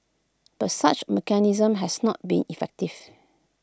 but such A mechanism has not been effective